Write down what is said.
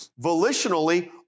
volitionally